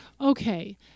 Okay